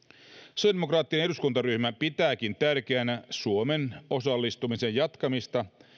sosiaalidemokraattinen eduskuntaryhmä pitääkin tärkeänä suomen osallistumisen jatkamista